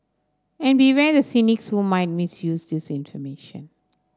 and beware the cynics who might misuse this information